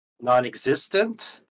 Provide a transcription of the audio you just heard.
non-existent